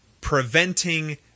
preventing